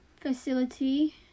facility